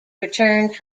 returned